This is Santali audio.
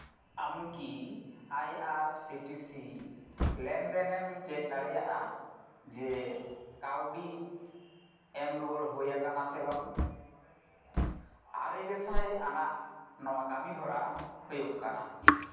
ᱟᱢ ᱠᱤ I R C T C ᱞᱮᱱᱫᱮᱱᱮᱢ ᱪᱮᱫ ᱫᱟᱲᱮᱭᱟᱜᱼᱟ ᱡᱮ ᱠᱟᱹᱣᱰᱤ ᱮᱢ ᱨᱩᱣᱟᱹᱲ ᱦᱩᱭᱟᱠᱟᱱᱟ ᱥᱮ ᱵᱟᱝ ᱟᱨᱮ ᱜᱮᱥᱟᱭ ᱟᱱᱟᱜ ᱱᱚᱣᱟ ᱠᱟᱹᱢᱤᱦᱚᱨᱟ ᱦᱩᱭᱩᱜ ᱠᱟᱱᱟ